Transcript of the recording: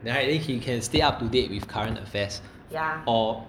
right then can stay up to date with current affairs or